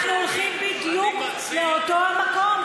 אנחנו הולכים בדיוק לאותו מקום,